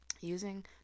Using